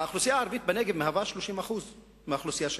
האוכלוסייה הערבית בנגב מהווה 30% מאוכלוסיית הנגב.